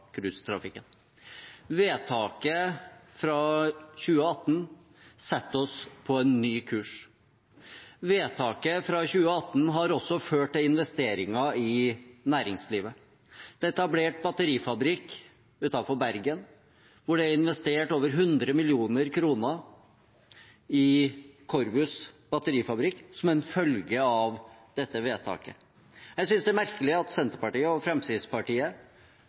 Vedtaket fra 2018 setter oss på en ny kurs. Vedtaket fra 2018 har også ført til investeringer i næringslivet. Det er etablert batterifabrikk utenfor Bergen, hvor det er investert over 100 mill. kr i Corvus’ batterifabrikk som en følge av dette vedtaket. Jeg synes det er merkelig at Senterpartiet og Fremskrittspartiet